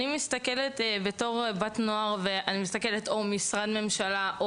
מסתכלת בנערה על העירייה או על משרד ממשלה,